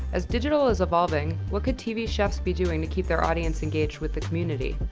as digital is evolving, what could tv chefs be doing to keep their audience engaged with the community?